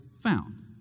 found